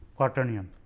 quaternion